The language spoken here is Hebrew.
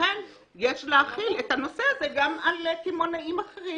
יש להחיל את הנושא הזה גם על קמעונאים אחרים.